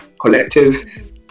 collective